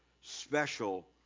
special